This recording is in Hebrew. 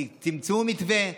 תמצאו מתווה,